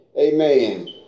Amen